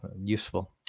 useful